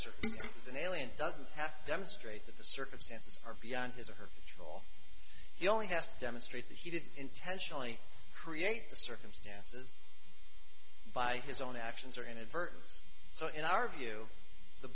sort is an alien doesn't have to demonstrate that the circumstances are beyond his or her troll he only has to demonstrate that he didn't intentionally create the circumstances by his own actions or inadvertence so in our view the